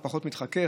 אתה פחות מתחכך,